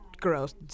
gross